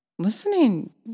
Listening